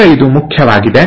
ಈಗ ಇದು ಮುಖ್ಯವಾಗಿದೆ